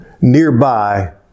nearby